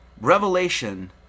revelation